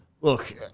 look